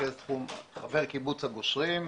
חבר קיבוץ הגושרים,